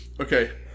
okay